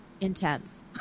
intense